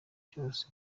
cyose